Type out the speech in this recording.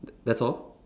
t~ that's all